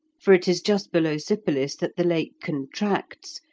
for it is just below sypolis that the lake contracts,